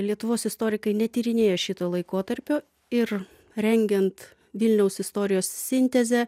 lietuvos istorikai netyrinėja šito laikotarpio ir rengiant vilniaus istorijos sintezę